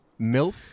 MILF